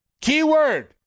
keyword